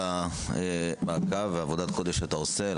על המעקב ועל עבודה הקודש שאתה עושה.